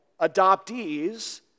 adoptees